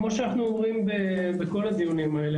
כמו שאנחנו רואים בכל הדיונים האלה,